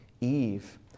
Eve